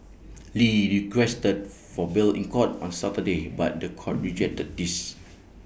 lee requested for bail in court on Saturday but The Court rejected this